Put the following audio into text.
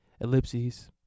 ellipses